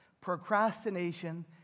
procrastination